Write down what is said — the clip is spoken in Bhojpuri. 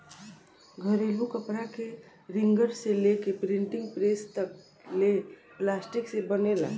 घरेलू कपड़ा के रिंगर से लेके प्रिंटिंग प्रेस तक ले प्लास्टिक से बनेला